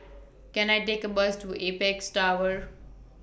Can I Take A Bus to Apex Tower